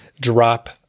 drop